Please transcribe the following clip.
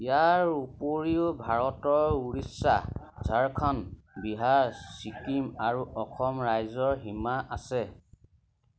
ইয়াৰ উপৰিও ভাৰতৰ উৰিষ্যা ঝাৰখণ্ড বিহাৰ ছিকিম আৰু অসম ৰাজ্যৰ সীমা আছে